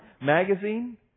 magazine